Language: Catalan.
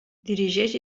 dirigeix